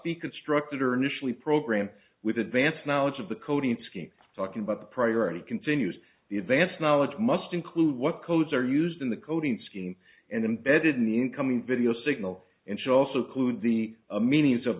be constructed or initially program with advance knowledge of the coding scheme talking about the priority continues the advance knowledge must include what codes are used in the coding scheme and embedded in the incoming video signal and she also clued the a meanings of